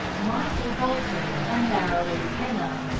michael bolton, and marilu henner,